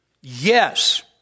Yes